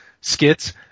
skits